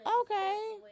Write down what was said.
okay